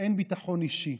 אין ביטחון אישי,